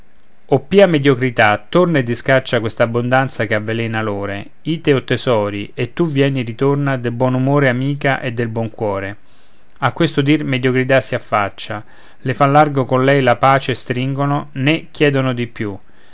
pia mediocrità torna e discaccia quest'abbondanza che avvelena l'ore ite o tesori e tu vieni ritorna del buon umore amica e del buon core a questo dir mediocrità si affaccia le fan largo con lei la pace stringono né chiedono di più